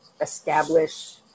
establish